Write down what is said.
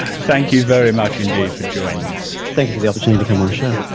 thank you very much indeed for joining us. thankyou for the opportunity to come on the show.